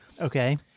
Okay